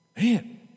Man